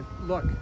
Look